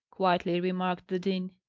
quietly remarked the dean.